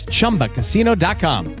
ChumbaCasino.com